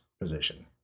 position